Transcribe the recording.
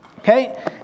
Okay